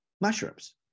mushrooms